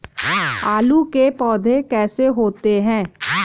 आलू के पौधे कैसे होते हैं?